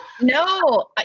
no